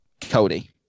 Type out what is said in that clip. Cody